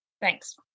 Thanks